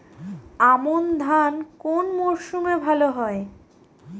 আমন ধান কোন মরশুমে ভাল হয়?